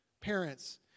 parents